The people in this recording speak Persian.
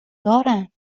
دارند